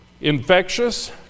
Infectious